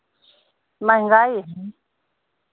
महंगाई हैं